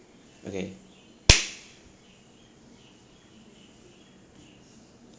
okay